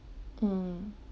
mm